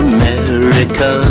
America